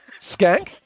skank